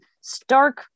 Stark